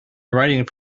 writing